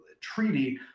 treaty